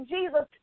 Jesus